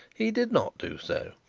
he did not do so.